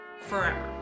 forever